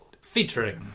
featuring